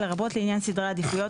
לרבות לעניין סדרי העדיפויות,